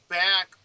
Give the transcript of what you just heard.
back